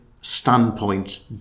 standpoint